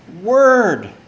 Word